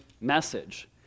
message